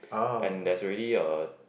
and that's really a